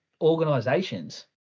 organisations